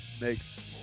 makes